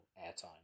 airtime